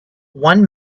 one